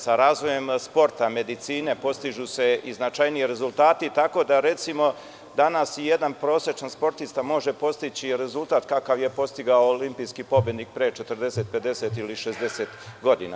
Sa razvojem sporta, medicine, postižu se i značajniji rezultati, tako da, recimo, danas jedan prosečni sportista može postići rezultat kakav je postigao olimpijski pobednik pre 40, 50 ili 60 godina.